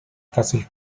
fácil